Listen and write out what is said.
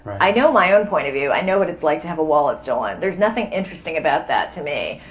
i know my own point of view. i know what it's like to have a wallet stolen. there's nothing interesting about that to me.